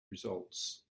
results